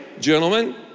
gentlemen